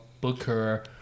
Booker